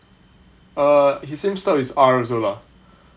err his name starts with R also lah